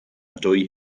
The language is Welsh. dwy